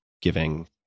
giving